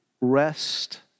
Rest